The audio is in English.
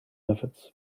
methods